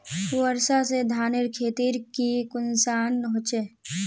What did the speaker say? वर्षा से धानेर खेतीर की नुकसान होचे?